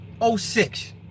06